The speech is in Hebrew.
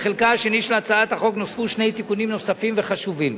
בחלקה השני של הצעת החוק נוספו שני תיקונים נוספים וחשובים.